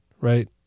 right